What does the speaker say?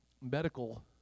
medical